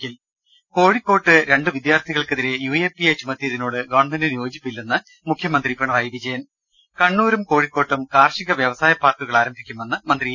ക്കിൽ കോഴിക്കോട്ട് രണ്ടു വിദ്യാർത്ഥികൾക്കെതിരെ യു എ പി എ ചുമത്തിയതി നോട് ഗവണ്മെന്റിന് യോജിപ്പില്ലെന്ന് മുഖ്യമന്ത്രി പിണറായി വിജയൻ കണ്ണൂരും കോഴിക്കോട്ടും കാർഷിക വ്യവസായ പാർക്കുകൾ ആരംഭിക്കു മെന്ന് മന്ത്രി ഇ